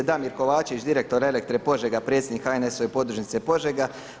Damir Kovačević, direktor Elektre Požega predsjednik HNS-ove podružnice Požega.